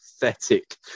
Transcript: pathetic